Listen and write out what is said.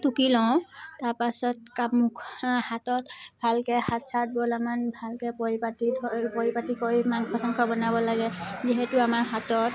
টুকি লওঁ তাৰপাছত কা হাতত ভালকৈ হাত চাত অলপমান ভালকৈ পৰিপাতি ধ পৰিপাতি কৰি মাংস চাংস বনাবলৈ লাগে যিহেতু আমাৰ হাতত